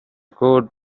good